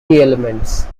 elements